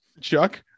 chuck